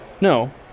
No